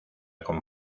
con